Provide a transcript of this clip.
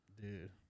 dude